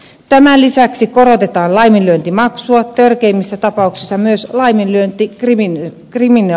tämän lisäksi korotetaan laiminlyöntimaksua törkeimmissä tapauksissa myös laiminlyönti kriminalisoidaan